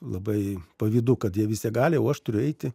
labai pavydu kad jie visi gali o aš turiu eiti